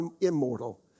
immortal